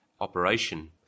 operation